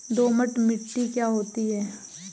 दोमट मिट्टी क्या होती हैं?